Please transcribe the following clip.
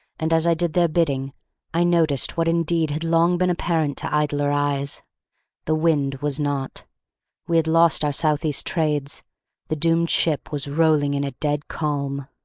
and as i did their bidding i noticed what indeed had long been apparent to idler eyes the wind was not we had lost our southeast trades the doomed ship was rolling in a dead calm.